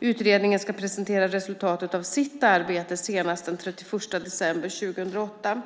Utredningen ska presentera resultatet av sitt arbete senast den 31 december 2008.